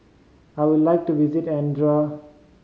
I would like to visit Andorra